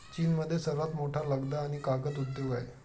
चीनमध्ये सर्वात मोठा लगदा आणि कागद उद्योग आहे